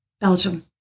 Belgium